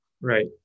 Right